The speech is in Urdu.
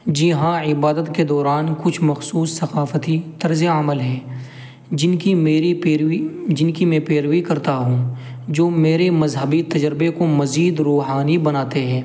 جی ہاں عبادت کے دوران کچھ مخصوص ثقافتی طرز عمل ہے جن کی میری پیروی جن کی میں پیروی کرتا ہوں جو میرے مذہبی تجربے کو مزید روحانی بناتے ہیں